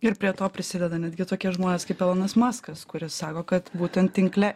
ir prie to prisideda netgi tokie žmonės kaip elonas maskas kuris sako kad būtent tinkle